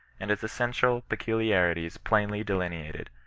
and its essential peculiarities plainly delineated.